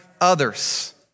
others